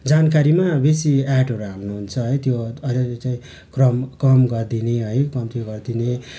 जानकारीमा बेसी एडहरू हाल्नु हुन्छ है त्यो अलिअलि चाहिँ क्रम कम गरिदिने है कम्ती गरिदिने